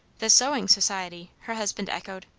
the sewing society! her husband echoed.